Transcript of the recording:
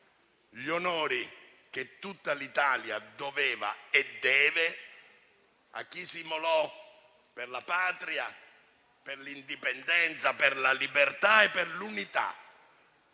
gli onori che tutta l'Italia doveva e deve a chi si immolò per la Patria, per l'indipendenza, per la libertà e per l'unità